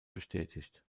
bestätigt